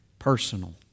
Personal